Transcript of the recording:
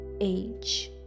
age